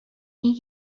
این